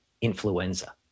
influenza